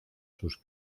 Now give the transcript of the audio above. sus